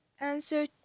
Answer